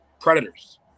predators